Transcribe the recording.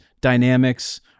dynamics